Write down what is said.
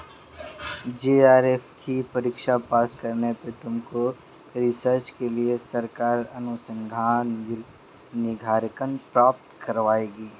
JRF की परीक्षा pass करने पर तुमको रिसर्च के लिए सरकार अनुसंधान निधिकरण प्राप्त करवाएगी